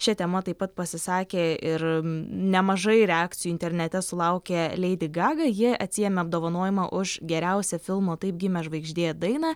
šia tema taip pat pasisakė ir nemažai reakcijų internete sulaukė leidi gaga ji atsiėmė apdovanojimą už geriausią filmo taip gimė žvaigždė dainą